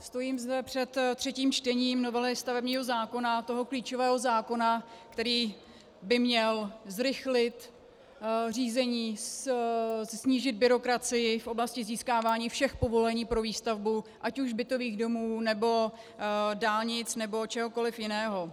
Stojím zde před třetím čtením novely stavebního zákona, toho klíčového zákona, který by měl zrychlit řízení, snížit byrokracii v oblasti získávání všech povolení pro výstavbu ať už bytových domů, nebo dálnic, nebo čehokoliv jiného.